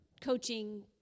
coaching